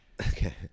Okay